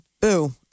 boo